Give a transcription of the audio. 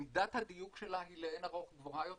מידת הדיוק שלה היא לאין ערוך גבוהה יותר.